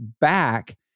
back